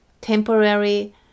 temporary